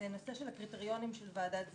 בנושא הקריטריונים של ועדת זכאות.